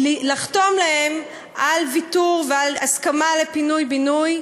לחתום להם על ויתור ועל הסכמה לפינוי-בינוי,